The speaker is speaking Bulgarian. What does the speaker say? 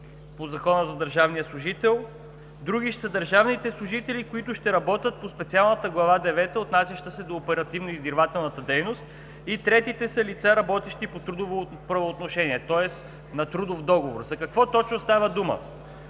по Закона за държавния служител; други ще са държавните служители, които ще работят по специалната Глава девета, отнасяща се до оперативно-издирвателната дейност, и третите са лица, работещи по трудово правоотношение, тоест на трудов договор. За какво точно става дума?